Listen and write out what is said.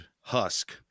husk